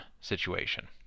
situation